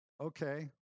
okay